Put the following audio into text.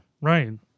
right